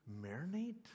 marinate